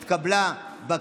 נתקבל.